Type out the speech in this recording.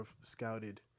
scouted